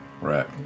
Right